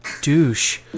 douche